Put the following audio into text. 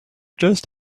just